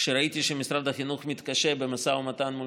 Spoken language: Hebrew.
כשראיתי שמשרד החינוך מתקשה במשא ומתן מול